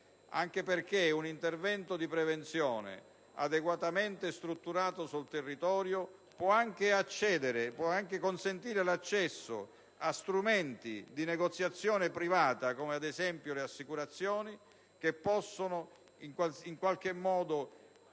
costare l'intervento di prevenzione che, se adeguatamente strutturato sul territorio, può anche consentire l'accesso a strumenti di negoziazione privata come, ad esempio, le assicurazioni, che possono tranquillizzare